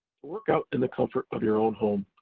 to work out in the comfort of your own home.